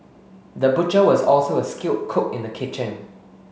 the butcher was also a skilled cook in the kitchen